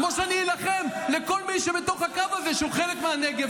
כמו שאני אילחם על כל מי שבתוך הקו הזה שהוא חלק מהנגב,